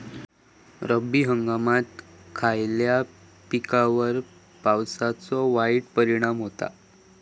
रब्बी हंगामात खयल्या पिकार पावसाचो वाईट परिणाम होता?